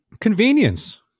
Convenience